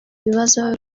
ibibazo